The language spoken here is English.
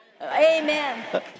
Amen